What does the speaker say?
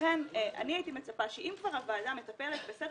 לכן אני הייתי מצפה שאם כבר הוועדה מטפלת בסדר